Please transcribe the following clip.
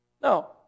No